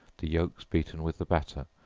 the yelks beaten with the batter,